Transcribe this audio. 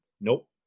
Nope